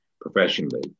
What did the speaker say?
professionally